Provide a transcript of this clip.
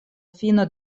fino